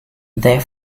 their